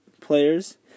players